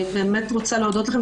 אני רוצה להודות לכם.